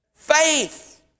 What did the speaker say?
Faith